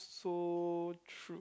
also true